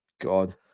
God